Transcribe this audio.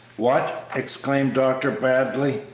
what! exclaimed dr. bradley,